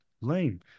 lame